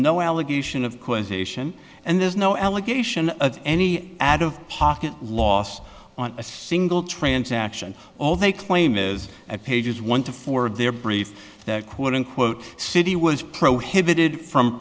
no allegation of causation and there's no allegation of any ad of pocket lost on a single transaction all they claim is at pages one to four of their brief that quote unquote city was prohibited from